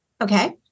Okay